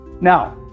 now